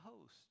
host